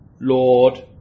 Lord